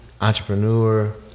entrepreneur